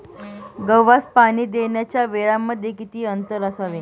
गव्हास पाणी देण्याच्या वेळांमध्ये किती अंतर असावे?